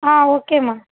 ஆ ஓகேம்மா